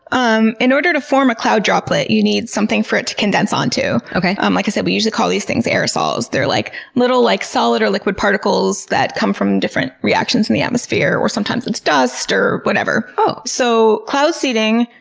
um in order to form a cloud droplet, you need something for it to condense onto. um like i said, we usually call these things aerosols. they're like little like solid or liquid particles that come from different reactions in the atmosphere, or sometimes it's dust or whatever. so cloud seeding,